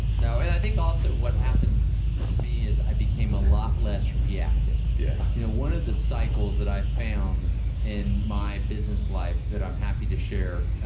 no. and i think also what happened for me is, i became a lot less reactive. yeah you know one of the cycles that i found in my business life that i'm happy to share,